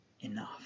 enough